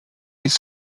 jest